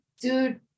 dude